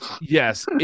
Yes